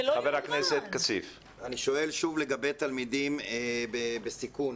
אני שואל שוב לגבי תלמידים בסיכון.